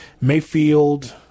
Mayfield